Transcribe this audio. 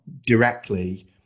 directly